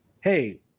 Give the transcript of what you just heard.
Hey